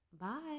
Bye